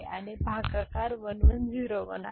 आणि भागाकार 1 1 0 1 आहे